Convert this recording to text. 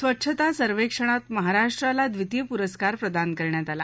स्वच्छता सर्वेक्षणात महाराष्ट्राला द्वितीय पुरस्कार प्रदान करण्यात आला